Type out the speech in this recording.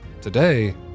Today